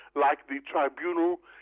like the tribunal,